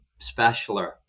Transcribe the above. specialer